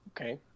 Okay